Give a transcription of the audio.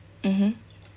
mmhmm